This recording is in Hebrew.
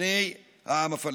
בני העם הפלסטיני.